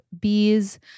bees